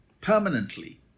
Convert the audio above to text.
permanently